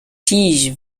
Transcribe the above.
tige